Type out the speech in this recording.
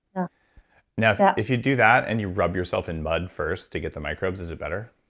you know if yeah if you do that and you rub yourself in mud first to get the microbes, is it better?